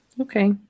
Okay